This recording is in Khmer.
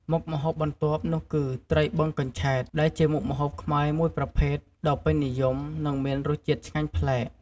មុខម្ហូបបន្ទាប់នោះគឺ ត្រីបឹងកញ្ឆែតដែលជាមុខម្ហូបខ្មែរមួយប្រភេទដ៏ពេញនិយម និងមានរសជាតិឆ្ងាញ់ប្លែក។